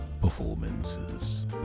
performances